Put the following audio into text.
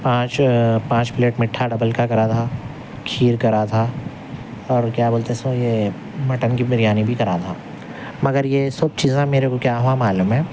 پانچ پانچ پلیٹ میٹھا ڈبل کا کرا تھا کھیر کرا تھا اور کیا بولتے سو یہ مٹن کی بریانی بھی کرا تھا مگر یہ سب چیزاں میرے کو کیا ہوا معلوم ہے